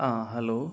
ആ ഹലോ